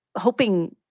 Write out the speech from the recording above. hoping,